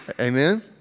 Amen